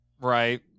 right